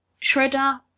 Shredder